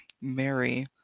Mary